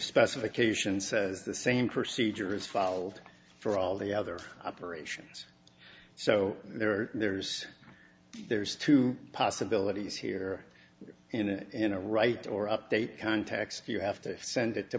specification says the same procedure is filed for all the other operations so there are there's there's two possibilities here and in a write or update context you have to send it to